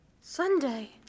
Sunday